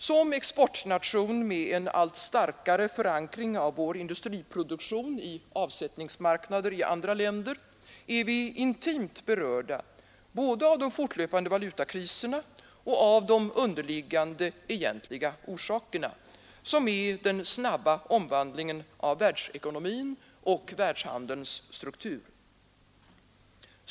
Som exportnation med en allt starkare förankring av vår industriproduktion i avsättningsmarknader i andra länder är vi intimt berörda både av de fortlöpande valutakriserna och av de underliggande egentliga orsakerna, som är den snabba omvandlingen av världsekonomin och av världshandelns struktur.